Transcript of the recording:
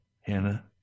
Hannah